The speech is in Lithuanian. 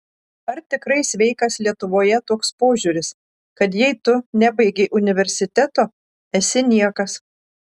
ar tikrai sveikas lietuvoje toks požiūris kad jei tu nebaigei universiteto esi niekas